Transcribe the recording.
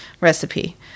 recipe